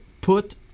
put